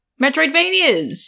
Metroidvanias